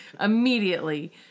immediately